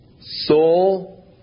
soul